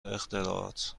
اختراعات